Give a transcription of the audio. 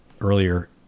earlier